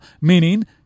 Meaning